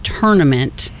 tournament